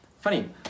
Funny